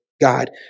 God